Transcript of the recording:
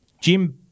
Jim